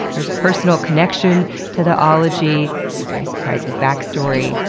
there's a personal connection to the ology, a very surprising backstory,